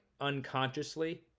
unconsciously